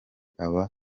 aba